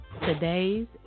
Today's